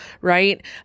right